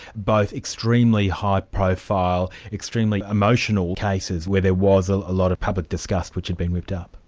both extremely high profile, extremely emotional cases where there was a lot of public disgust which had been whipped up.